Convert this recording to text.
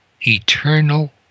eternal